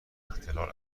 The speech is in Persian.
اختلال